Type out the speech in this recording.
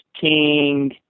king